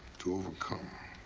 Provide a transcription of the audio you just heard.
to overcome.